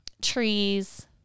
trees